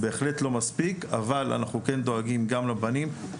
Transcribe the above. אבל אנחנו כן דואגים גם לבנים.